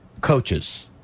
coaches